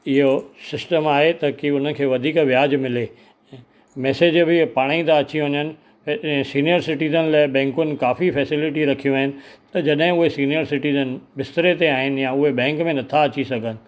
इहो सिस्टम आहे त की उन खे वधीक व्याज मिले मैसेज बि पाण ई था अची वञनि सीनियर सिटीजन लाइ बैंकुनि काफ़ी फैसिलिटी रखियूं आहिनि त जॾहिं उहो सीनियर सिटीजन बिस्तरे ते आहिनि या उहे बैंक में नथा अची सघनि